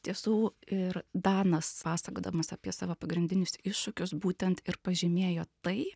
tiesų ir danas pasakodamas apie savo pagrindinius iššūkius būtent ir pažymėjo tai